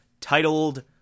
titled